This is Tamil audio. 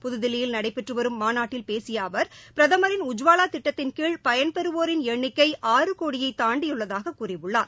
புதுதில்லியில் நடைபெற்று வரும் மாநாட்டில் ்பேசிய அவா் பிரதமின் உஜ்வாவா திட்டத்தின் கீழ் பயன்பெறுவோரின் எண்ணிக்கை ஆறு கோடியை தாண்டியுள்ளதாக கூறியுள்ளார்